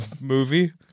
movie